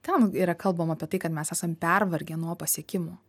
ten yra kalbama apie tai kad mes esam pervargę nuo pasiekimų